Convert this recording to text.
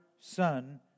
Son